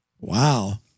wow